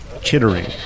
chittering